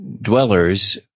dwellers